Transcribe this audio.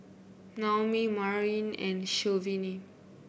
Naomi Maryanne and Shavonne